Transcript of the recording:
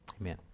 Amen